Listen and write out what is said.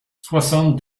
soixante